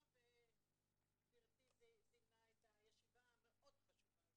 וגברתי זימנה את הישיבה המאוד-חשובה הזאת.